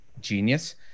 genius